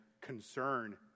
concern